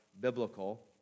biblical